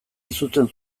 izutzen